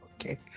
Okay